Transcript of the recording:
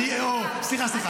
סליחה, סליחה.